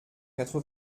quatre